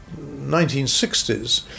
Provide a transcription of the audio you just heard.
1960s